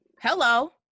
hello